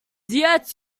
yet